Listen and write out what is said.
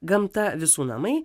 gamta visų namai